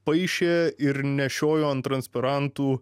paišė ir nešiojo ant transpirantų